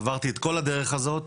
עברתי את כל הדרך הזאת,